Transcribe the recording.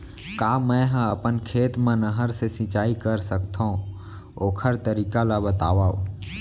का मै ह अपन खेत मा नहर से सिंचाई कर सकथो, ओखर तरीका ला बतावव?